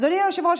אדוני היושב-ראש,